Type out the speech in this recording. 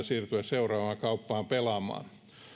siirtyä seuraavaan kauppaan pelaamaan